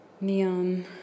neon